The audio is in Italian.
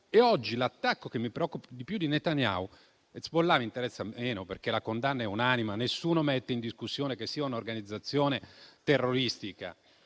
Oggi l'attacco che mi preoccupa di più è quello di Netanyahu. Hezbollah mi interessa meno perché la condanna è unanime e nessuno mette in discussione che sia un'organizzazione terroristica: